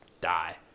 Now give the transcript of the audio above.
die